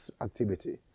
activity